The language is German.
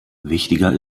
wichtiger